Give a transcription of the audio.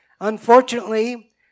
Unfortunately